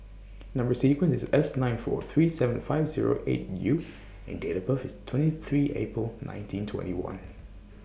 Number sequence IS S nine four three seven five Zero eight U and Date of birth IS twenty three April nineteen twenty one